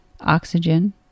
Oxygen